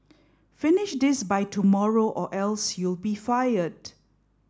finish this by tomorrow or else you'll be fired